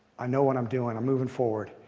i know what i'm doing. i'm moving forward.